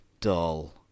dull